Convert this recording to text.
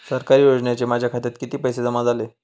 सरकारी योजनेचे माझ्या खात्यात किती पैसे जमा झाले?